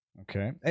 Okay